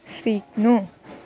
सिक्नु